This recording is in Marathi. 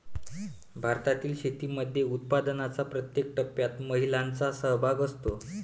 भारतातील शेतीमध्ये उत्पादनाच्या प्रत्येक टप्प्यात महिलांचा सहभाग असतो